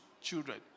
children